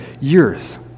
years